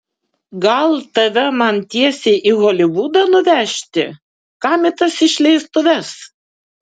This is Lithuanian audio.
gal tave man tiesiai į holivudą nuvežti kam į tas išleistuves